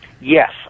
Yes